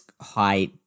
high